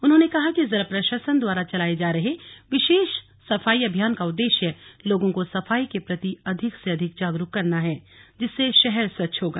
उन्होंने कहा कि जिला प्रशासन द्वारा चलाये जा रहे विशेष सफाई अभियान का उद्देश्य लोगों को सफाई के प्रति अधिक से अधिक जागरूक करना है जिससे शहर स्वच्छ होगा